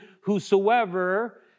whosoever